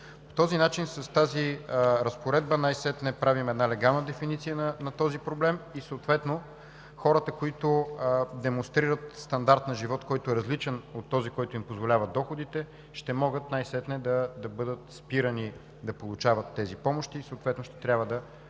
този начин с разпоредбата най-после правим една легална дефиниция на проблема и съответно хората, които демонстрират стандарт на живот по-различен от този, който им позволяват доходите, ще могат най-после да бъдат спирани да получават тези помощи и съответно ще трябва да